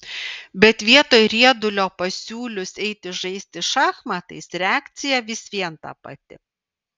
bet vietoj riedulio pasiūlius eiti žaisti šachmatais reakcija vis vien ta pati